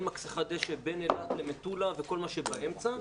מכסחת דשא בין אילת למטולה וכל מה שבאמצע,